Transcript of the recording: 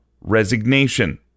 resignation